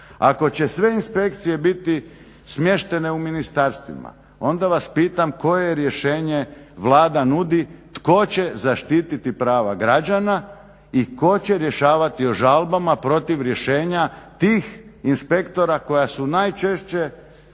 Ako će sve inspekcije biti smještene u ministarstvima onda vas pitam koje rješenje Vlada nudi tko će zaštititi prava građana i tko će rješavati o žalbama protiv rješenja tih inspektora koja su najčešće